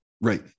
Right